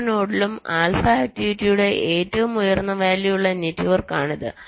ഓരോ നോഡിലും ആൽഫ ആക്ടിവിറ്റിയുടെ ഏറ്റവും ഉയർന്ന വാല്യൂ ഉള്ള നെറ്റ്വർക്കാണിത്